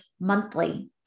monthly